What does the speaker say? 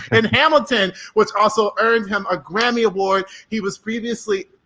in hamilton, which also earned him a grammy award. he was previously,